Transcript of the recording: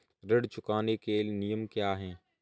ऋण चुकाने के नियम क्या हैं?